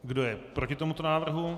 Kdo je proti tomuto návrhu?